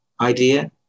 idea